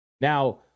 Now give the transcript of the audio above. Now